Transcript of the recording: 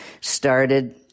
started